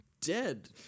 dead